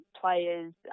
players